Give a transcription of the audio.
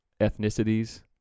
ethnicities